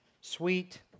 sweet